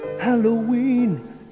Halloween